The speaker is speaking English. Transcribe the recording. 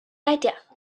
idea